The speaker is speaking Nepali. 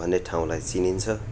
भन्ने ठाउँलाई चिनिन्छ